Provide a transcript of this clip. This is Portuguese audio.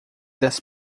das